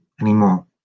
anymore